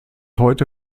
heute